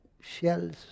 shells